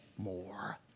More